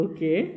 Okay